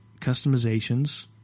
customizations